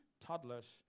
toddlers